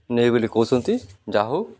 ନେଇ ବୋଲି କହୁଛନ୍ତି ଯାହା ହଉ